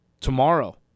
tomorrow